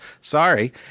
sorry